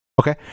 Okay